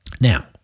Now